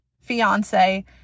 fiance